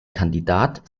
kandidat